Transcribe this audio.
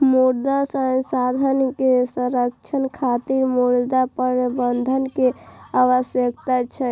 मृदा संसाधन के संरक्षण खातिर मृदा प्रबंधन के आवश्यकता छै